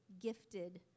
gifted